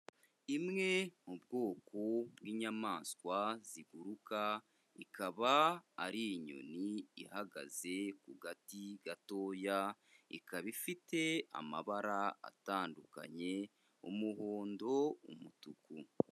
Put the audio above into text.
Imwe mu bwoko bw'inyamaswa ziguruka ikaba ari inyoni ihagaze ku gati gatoya ikaba ifite amabara atandukanye umuhondo, umutuku.